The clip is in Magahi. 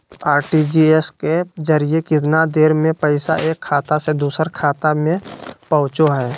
आर.टी.जी.एस के जरिए कितना देर में पैसा एक खाता से दुसर खाता में पहुचो है?